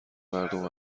مردم